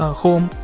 home